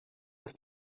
ist